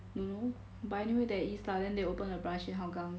no but anyway there is lah then they open a branch in hougang